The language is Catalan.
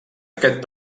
aquest